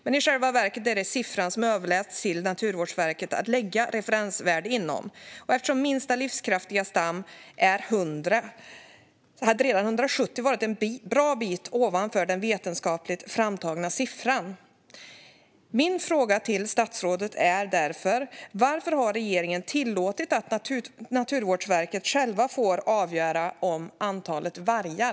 Men i själva verket är det detta antal som angavs till Naturvårdsverket för att lägga ett referensvärde inom detta. Eftersom minsta livskraftiga stam är 100 hade redan 170 varit en bra bit över den vetenskapligt framtagna siffran. Min fråga till statsrådet är därför: Varför har regeringen tillåtit att Naturvårdsverket själva får avgöra antalet vargar?